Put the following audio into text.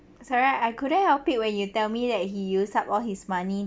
sorry I I couldn't help it when you tell me that he used up all his money